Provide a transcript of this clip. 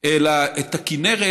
אלא את הכינרת